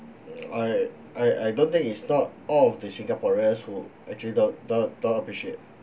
I I I don't think it's not all of the singaporeans who actually don't don't don't appreciate